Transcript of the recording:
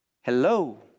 Hello